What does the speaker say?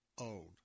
old